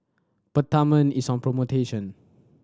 Peptamen is on promotion